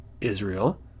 Israel